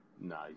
Nice